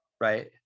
right